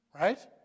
right